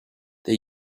they